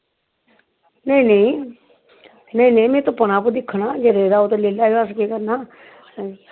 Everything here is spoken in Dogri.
नेईं नेईं नेईं नेईं में तुप्पना ते दिक्खना ते अगर रेह्दा होग ते लेई लैएओ असें केह् करना